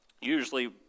usually